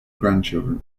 grandchildren